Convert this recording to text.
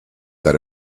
that